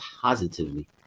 positively